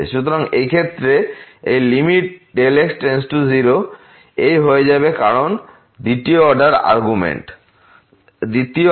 সুতরাং এই ক্ষেত্রে এই x→0 এই হয়ে যাবে কারণ দ্বিতীয় আর্গুমেন্ট 0